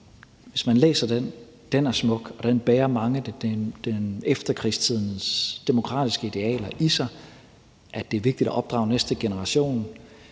Hvis man læser den, er den smuk, og den bærer efterkrigstidens demokratiske idealer i sig, nemlig at det er vigtigt at opdrage næste generation